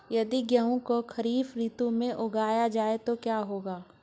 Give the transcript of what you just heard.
यदि गेहूँ को खरीफ ऋतु में उगाया जाए तो क्या होगा?